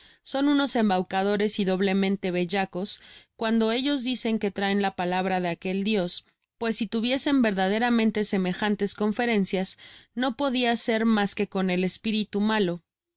son unos embaucadores y doblemente bellacos cuando ellos dicen que traen la palabra de aquel dios pues si tuviesen verdaderamente semejates conferencias no podia ser mas que con el espirita malo